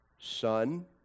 Son